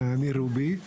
אני רובי.